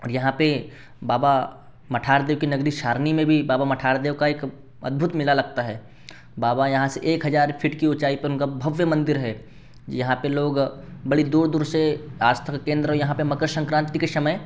और यहाँ पर बाबा मठार देव की नगरी शारणी में भी बाबा मठार देव का एक अद्भुत मेला लगता है बाबा यहाँ से एक हज़ार फीट की ऊँचाई पर उनका भव्य मंदिर है यहाँ पर लोग बड़ी दूर दूर से आस्था के केंद्र यहाँ पर मकर संक्रांति के समय